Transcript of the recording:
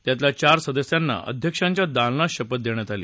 त्यातल्या चार सदस्यांना अध्यक्षांच्या दालनात शपथ देण्यात आली